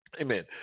amen